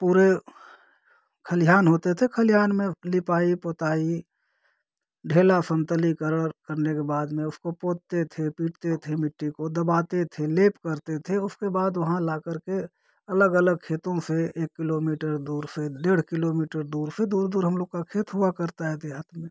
पूरे खलिहान होते थे खलिहान में लिपाई पोताई ढेला संतलीकरड़ करने के बाद में उसको पोतते थे पीटते थे मिट्टी को दबाते थे लेप करते थे उसके बाद वहाँ लाकर के अलग अलग खेतों से एक किलोमीटर दूर से डेढ़ किलोमीटर दूर से दूर दूर हम लोग का खेत हुआ करता है देहात में